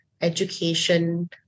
education